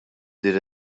din